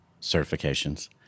certifications